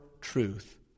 truth